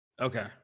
Okay